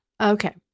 Okay